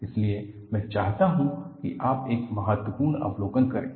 इसलिए मैं चाहता हूं कि आप एक महत्वपूर्ण अवलोकन करें